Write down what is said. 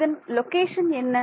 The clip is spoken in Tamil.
இதன் லொகேஷன் என்ன